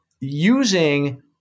using